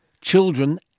children